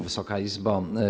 Wysoka Izbo!